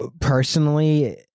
personally